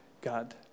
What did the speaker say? God